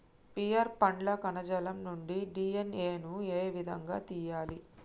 Pear పండ్ల కణజాలం నుండి డి.ఎన్.ఎ ను ఏ విధంగా తియ్యాలి?